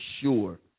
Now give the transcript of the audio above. sure